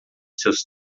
seus